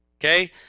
Okay